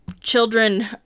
children